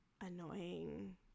annoying